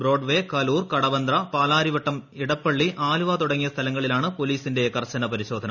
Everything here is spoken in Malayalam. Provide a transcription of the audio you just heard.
ബ്രോഡ്വേ കലൂർ കടവന്ത്ര പാലാരിവട്ടം ഇടപ്പള്ളി ആലുവ തുടങ്ങിയ സ്ഥലങ്ങളിലാണ് പോലീസിന്റെ കർശന പരിശോധന